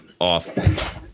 off